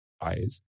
eyes